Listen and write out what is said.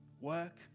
work